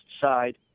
side –